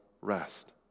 rest